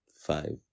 five